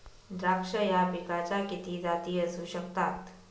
द्राक्ष या पिकाच्या किती जाती असू शकतात?